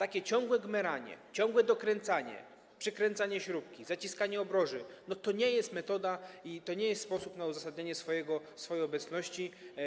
A ciągłe gmeranie, ciągłe dokręcanie, przykręcanie śrubki, zaciskanie obroży to nie jest metoda, to nie jest sposób na uzasadnianie swojej obecności.